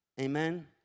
Amen